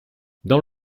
dans